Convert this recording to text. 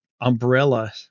umbrella